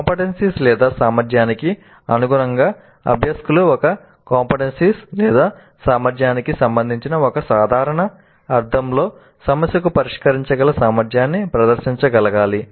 CO సామర్థ్యానికి అనుగుణంగా అభ్యాసకులు ఒక CO సామర్థ్యానికి సంబంధించిన ఒక సాధారణ అర్థంలో సమస్యను పరిష్కరించగల సామర్థ్యాన్ని ప్రదర్శించగలగాలి